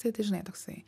tai tai žinai toksai